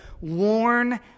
worn